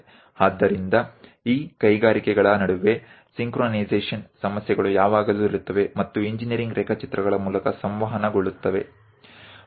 તેથી આ ઉદ્યોગો વચ્ચે હંમેશા સુમેળ નો મુદ્દો રહે છે અને તે એન્જિનિયરિંગ ડ્રોઈંગ દ્વારા જાણ કરવામાં આવે છે